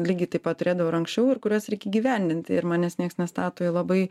lygiai taip pat turėdavau ir anksčiau ir kuriuos reik įgyvendinti ir manęs niekas nestato į labai